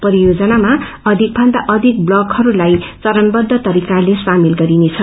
परियोजनामा अधिकभन्दाअधिक ब्लकहरूलाई चरणबद्ध तरिकाले सामेल गरिनेछ